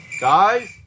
Guys